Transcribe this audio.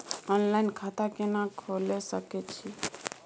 Online खाता केना खोले सकै छी?